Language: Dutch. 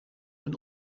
hun